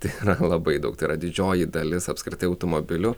tai yra labai daug tai yra didžioji dalis apskritai automobilių